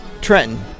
Trenton